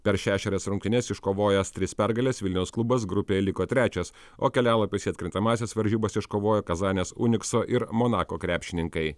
per šešerias rungtynes iškovojęs tris pergales vilniaus klubas grupėj liko trečias o kelialapius į atkrintamąsias varžybas iškovojo kazanės unikso ir monako krepšininkai